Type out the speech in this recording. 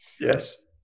Yes